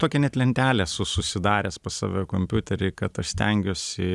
tokią net lentelę esu susidaręs pas save kompiutery kad aš stengiuosi